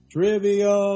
Trivia